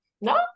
No